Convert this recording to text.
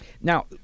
now